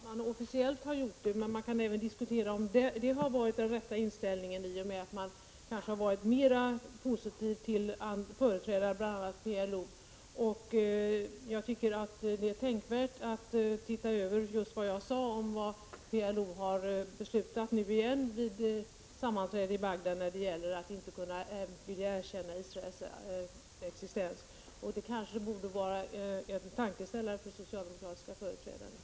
Herr talman! Det är kanske så att man i officiella uttalanden har varit objektiv, men det kan även diskuteras om dessa har gett uttryck för den rätta inställningen. Man har kanske varit mera positiv till företrädare för bl.a. PLO. Jag tycker att det är värt att begrunda vad jag sade om vad PLO vid sammanträde i Bagdad återigen har beslutat när det gäller att inte vilja erkänna Israels existens. Detta borde kanske kunna vara en tankeställare för socialdemokratiska företrädare.